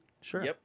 Sure